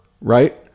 right